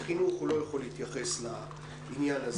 כי חינוך הוא לא יכול להתייחס לעניין הזה.